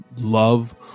love